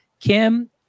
Kim